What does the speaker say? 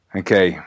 okay